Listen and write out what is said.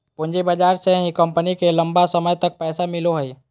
पूँजी बाजार से ही कम्पनी के लम्बा समय तक पैसा मिलो हइ